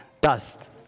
dust